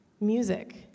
music